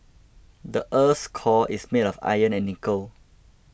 the earth's core is made of iron and nickel